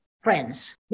friends